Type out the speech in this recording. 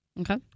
Okay